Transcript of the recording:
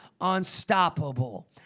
unstoppable